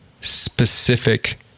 specific